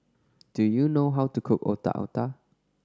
do you know how to cook Otak Otak